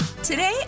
Today